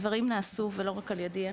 דברים נעשו ולא רק על ידי.